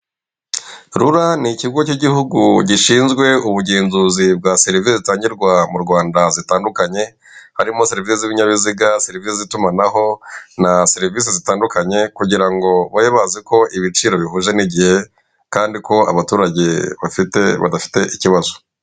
Rura ni ikigo cy'igihugu gishinzwe ubugenzuzi bwa serivisi zitangirwa mu Rwanda zitandukanye harimo serivisi z'ibinyabiziga, serivisi z'itumanaho na serivisi zitandukanye kugira ngo babe bazi ko ibiciro bihuje n'igihe kandi ko abaturage bafite badafite ikibazo.